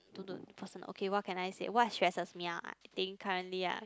don't don't personal okay what can I say what stresses me ah think currently ah